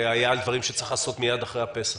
היה על דברים שצריך לעשות מיד אחרי פסח,